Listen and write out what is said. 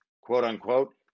quote-unquote